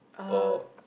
oh